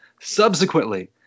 Subsequently